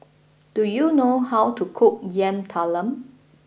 do you know how to cook Yam Talam